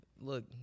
Look